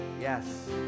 yes